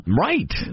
Right